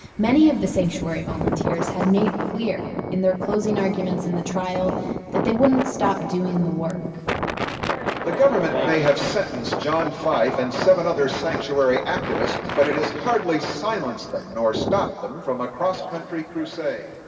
many of the sanctuary volunteers had made clear in their closing arguments in the trial that they wouldn't stop doing the work the government may have sentenced john fife and seven other sanctuary activists, but it is hardly silenced them nor stopped them from a cross country-crusade.